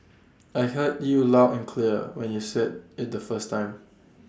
I heard you loud and clear when you said IT the first time